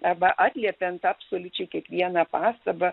arba atliepiant absoliučiai kiekvieną pastabą